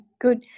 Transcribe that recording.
good